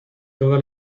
toda